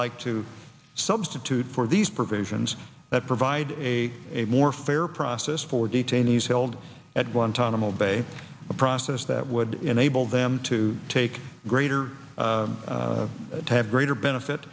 like to substitute for these provisions that provide a more fair process for detainees held at guantanamo bay a process that would enable them to take greater to have greater benefit